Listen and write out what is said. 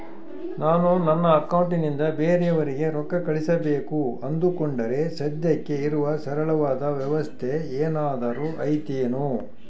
ನಾನು ನನ್ನ ಅಕೌಂಟನಿಂದ ಬೇರೆಯವರಿಗೆ ರೊಕ್ಕ ಕಳುಸಬೇಕು ಅಂದುಕೊಂಡರೆ ಸದ್ಯಕ್ಕೆ ಇರುವ ಸರಳವಾದ ವ್ಯವಸ್ಥೆ ಏನಾದರೂ ಐತೇನು?